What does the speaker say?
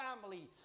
family